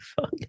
fuck